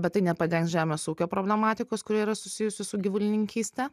bet tai nepadengs žemės ūkio problematikos kuri yra susijusi su gyvulininkyste